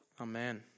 Amen